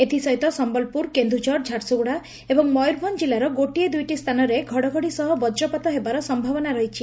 ଏଥିସହିତ ସମ୍ମଲପୁର କେନ୍ଦୁଝର ଝାରସୁଗୁଡ଼ା ଏବଂ ମୟରଭଞ୍ ଜିଲ୍ଲାର ଗୋଟିଏ ଦୁଇଟି ସ୍ଚାନରେ ଘଡ଼ଘଡ଼ି ସହ ବଜ୍ରପାତ ହେବାର ସୟାବନା ରହିଛି